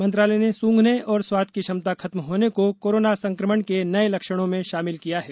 मंत्रालय ने सूंघने और स्वाद की क्षमता खत्म होने को कोरोना संक्रमण के नये लक्षणों में शामिल किया है